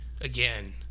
again